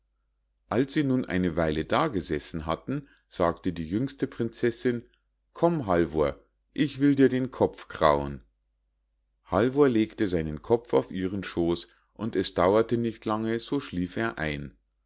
als sie nun eine weile da gesessen hatten sagte die jüngste prinzessinn komm halvor ich will dir den kopf krauen halvor legte seinen kopf auf ihren schoß und es dauerte nicht lange so schlief er ein